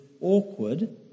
awkward